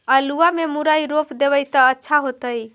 आलुआ में मुरई रोप देबई त अच्छा होतई?